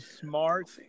smart